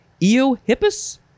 Eohippus